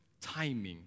timing